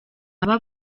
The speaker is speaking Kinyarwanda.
baba